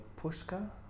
Pushka